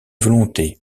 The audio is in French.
volonté